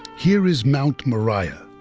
here is mount moriah,